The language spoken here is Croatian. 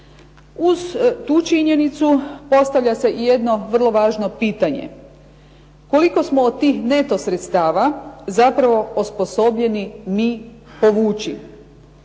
Uz tu činjenicu postavlja se i jedno vrlo važno pitanje. Koliko smo od tih neto sredstava zapravo osposobljeni mi povući,